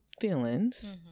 feelings